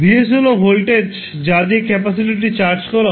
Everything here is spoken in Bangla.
Vs হল ভোল্টেজ যা দিয়ে ক্যাপাসিটরটি চার্জ করা হয়